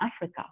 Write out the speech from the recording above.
africa